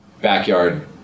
backyard